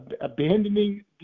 abandoning